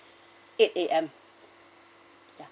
eight A_M ya